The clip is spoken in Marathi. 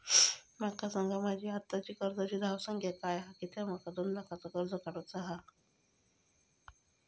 माका सांगा माझी आत्ताची कर्जाची धावसंख्या काय हा कित्या माका दोन लाखाचा कर्ज काढू चा हा?